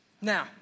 Now